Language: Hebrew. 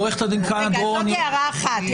זאת הערה אחת.